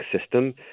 system